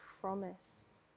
promise